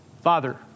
Father